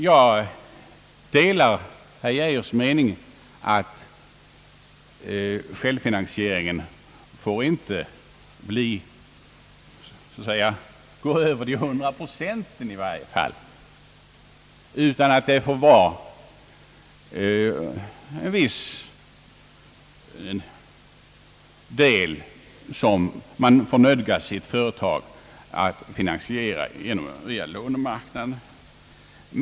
Jag delar herr Arne Geijers mening, att självfinansieringen i varje fall inte bör tilllåtas gå över hundra procent, utan att investeringarna till viss del bör finansieras via lånemarknaden.